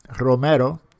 Romero